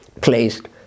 placed